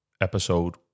Episode